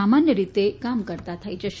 સામાન્ય રીતે કામ કરતા થઇ જશે